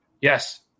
Yes